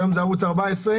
שהיום הוא ערוץ 14,